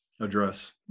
address